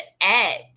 act